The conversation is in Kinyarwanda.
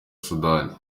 sudani